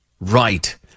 Right